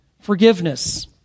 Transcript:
forgiveness